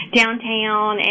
downtown